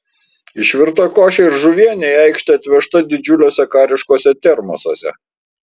išvirta košė ir žuvienė į aikštę atvežta didžiuliuose kariškuose termosuose